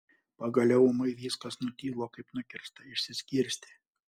pagaliau ūmai viskas nutilo kaip nukirsta išsiskirstė